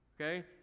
Okay